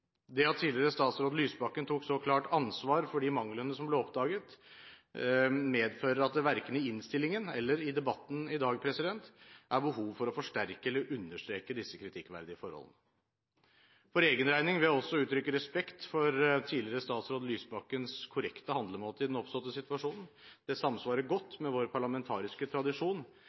Det at tidligere statsråd Lysbakken tok så klart ansvar for de manglene som ble oppdaget, medfører at det verken i innstillingen eller i debatten i dag er behov for å forsterke eller understreke disse kritikkverdige forholdene. For egen regning vil jeg også uttrykke respekt for tidligere statsråd Lysbakkens korrekte handlemåte i den oppståtte situasjonen. Det samsvarer godt med vår parlamentariske tradisjon